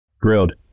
Grilled